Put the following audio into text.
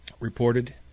reported